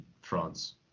France